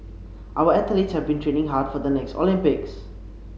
our athletes have been training hard for the next Olympics